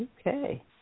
Okay